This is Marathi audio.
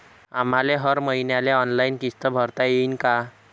आम्हाले हर मईन्याले ऑनलाईन किस्त भरता येईन का?